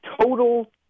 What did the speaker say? total